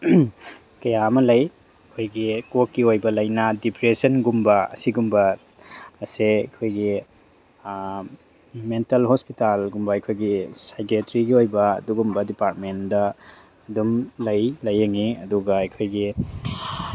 ꯀꯌꯥ ꯑꯃ ꯂꯩ ꯑꯩꯈꯣꯏꯒꯤ ꯀꯣꯛꯀꯤ ꯑꯣꯏꯕ ꯂꯥꯏꯅꯥ ꯗꯤꯄ꯭ꯔꯦꯁꯟꯒꯨꯝꯕ ꯑꯁꯤꯒꯨꯝꯕ ꯑꯁꯦ ꯑꯩꯈꯣꯏꯒꯤ ꯃꯦꯟꯇꯦꯜ ꯍꯣꯁꯄꯤꯇꯥꯜꯒꯨꯝꯕ ꯑꯩꯈꯣꯏꯒꯤ ꯁꯥꯏꯀꯦꯇ꯭ꯔꯤꯒꯤ ꯑꯣꯏꯕ ꯑꯗꯨꯒꯨꯝꯕ ꯗꯤꯄꯥꯔꯠꯃꯦꯟꯗ ꯑꯗꯨꯝ ꯂꯩ ꯂꯥꯏꯌꯦꯡꯉꯤ ꯑꯗꯨꯒ ꯑꯩꯈꯣꯏꯒꯤ